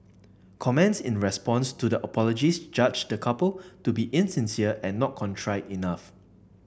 comments in response to the apologies judged the couple to be insincere and not contrite enough